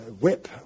whip